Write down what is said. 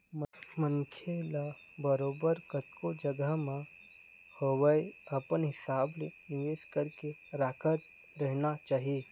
मनखे ल बरोबर कतको जघा म होवय अपन हिसाब ले निवेश करके रखत रहना चाही